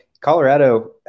colorado